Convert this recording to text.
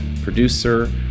producer